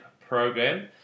program